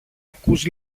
ακούς